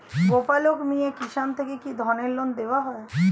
গোপালক মিয়ে কিষান থেকে কি ধরনের লোন দেওয়া হয়?